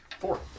four